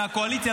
מהקואליציה,